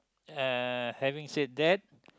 uh having said that